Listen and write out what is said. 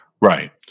right